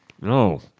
No